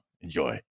enjoy